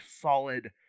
solid